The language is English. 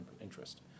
interest